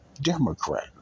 Democrat